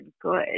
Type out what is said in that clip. good